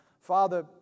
Father